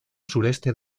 sureste